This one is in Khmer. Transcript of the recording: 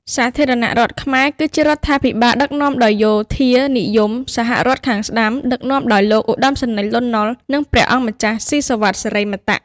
សាធារណរដ្ឋខ្មែរ គឺជារដ្ឋាភិបាលដឹកនាំដោយយោធានិយមសហរដ្ឋខាងស្តាំ ដឹកនាំដោយលោកឧត្តមសេនីយ៍លន់ នុល និងព្រះអង្គម្ចាស់សុីសុវិត សិរីមតៈ។